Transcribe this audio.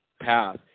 path